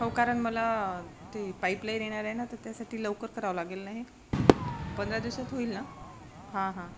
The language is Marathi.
हो कारण मला ती पाईपलाईन येणार आहे ना तर त्यासाठी लवकर करावं लागेल ना हे पंधरा दिवसात होईल ना हां हां